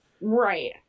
Right